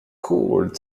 could